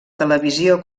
televisió